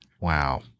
Wow